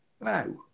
no